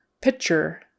Picture